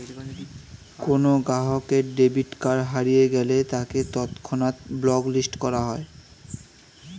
কোনো গ্রাহকের debit card হারিয়ে গেলে তাকে তৎক্ষণাৎ ব্লক লিস্ট করা হয়